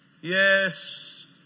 Yes